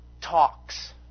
talks